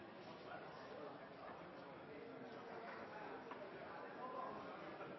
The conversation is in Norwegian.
dag er det